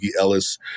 Ellis